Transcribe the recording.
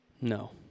No